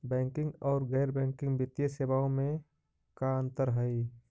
Banking और गैर banking वित्तीय सेवाओं में का अंतर हइ?